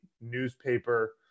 newspaper